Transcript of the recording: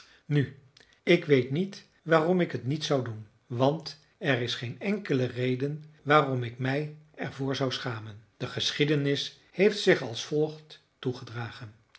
nu ik weet niet waarom ik het niet zou doen want er is geen enkele reden waarom ik mij er voor zou schamen de geschiedenis heeft zich als volgt